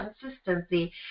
consistency